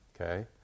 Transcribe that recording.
okay